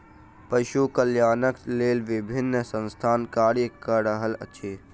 पशु कल्याणक लेल विभिन्न संस्थान कार्य क रहल अछि